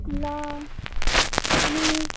ल अनि